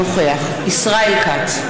ישראל כץ,